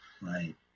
Right